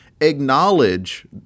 acknowledge